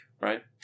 right